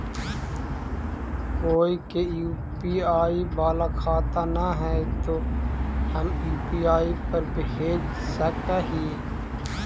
कोय के यु.पी.आई बाला खाता न है तो हम यु.पी.आई पर भेज सक ही?